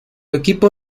equipo